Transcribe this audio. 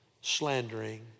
slandering